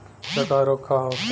डकहा रोग का होखे?